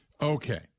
Okay